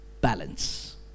balance